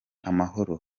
amahoro